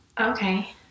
okay